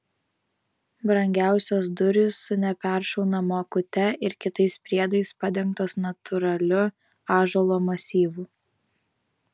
brangiausios durys su neperšaunama akute ir kitais priedais padengtos natūraliu ąžuolo masyvu